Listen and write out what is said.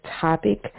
topic